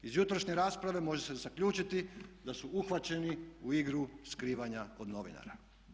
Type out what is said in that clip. Iz jutrašnje rasprave može se zaključiti da su uhvaćeni u igru skrivanja od novinara.